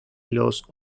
los